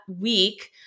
week